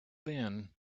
then